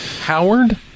Howard